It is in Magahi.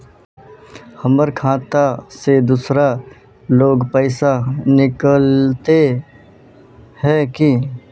हमर खाता से दूसरा लोग पैसा निकलते है की?